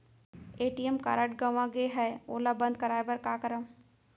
ATM card गंवा गे है ओला बंद कराये बर का करंव?